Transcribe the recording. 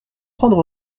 prendre